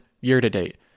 year-to-date